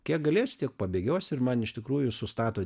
kiek galėsiu tik pabėgiosiu ir man iš tikrųjų sustato